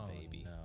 baby